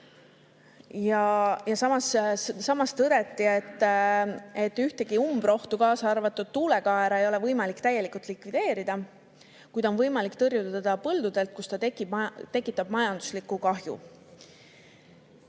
Samas tõdeti, et ühtegi umbrohtu, kaasa arvatud tuulekaera, ei ole võimalik täielikult likvideerida, kuid on võimalik tõrjuda teda põldudelt, kus ta tekitab majanduslikku kahju.